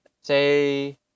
say